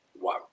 Wow